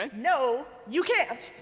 and no, you can't.